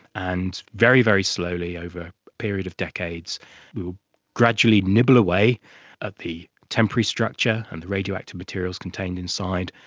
and very, very slowly over period of decades we will gradually nibble away at the temporary structure and the radioactive materials contained inside,